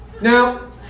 Now